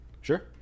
Sure